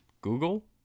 Google